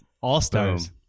All-Stars